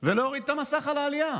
ולהוריד את המסך על העלייה.